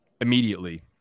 Immediately